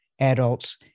adults